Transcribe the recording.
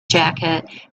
jacket